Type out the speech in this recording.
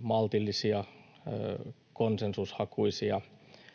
maltillisia ja konsensushakuisia.